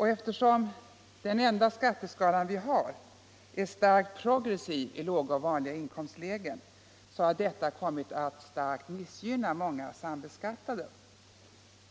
Eftersom den enda skatteskala vi har är starkt progressiv i låga och vanliga inkomsttägen har detta kommit att kraftigt missgynna många sambeskattade.